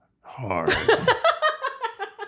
hard